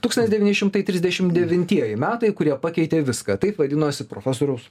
tūktstantis devyni šimtai trisdešim devintieji metai kurie pakeitė viską taip vadinosi profesorius